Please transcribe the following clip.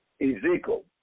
Ezekiel